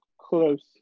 Close